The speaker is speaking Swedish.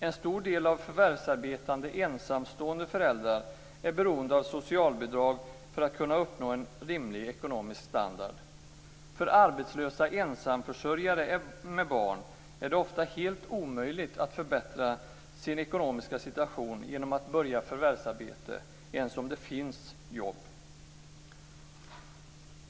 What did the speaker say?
En stor del förvärvsarbetande ensamstående föräldrar är beroende av socialbidrag för att kunna uppnå en rimlig ekonomisk standard. För arbetslösa ensamförsörjare med barn är det ofta helt omöjligt att förbättra sin ekonomiska situation genom att börja förvärvsarbeta, ens om det finns jobb.